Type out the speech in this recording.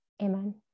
Amen